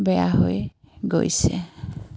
বেয়া হৈ গৈছে